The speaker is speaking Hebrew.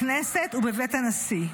בכנסת ובבית הנשיא.